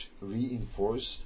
reinforced